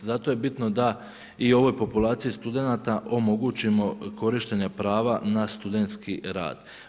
Zato je bitno da i ovoj populaciji studenata omogućimo korištenje prava na studentski rad.